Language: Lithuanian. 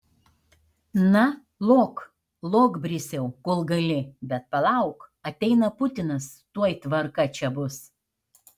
na lok lok brisiau kol gali bet palauk ateina putinas tuoj tvarka čia bus